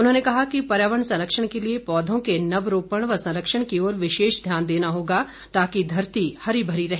उन्होंने कहा कि पर्यावरण संरक्षण के लिए पौधों के नव रोपण व संरक्षण की ओर विशेष ध्यान देना होगा ताकि धरती हरी मरी रहे